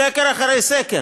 סקר אחרי סקר